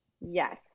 Yes